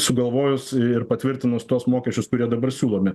sugalvojus ir patvirtinus tuos mokesčius kurie dabar siūlomi